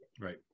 right